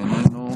איננו.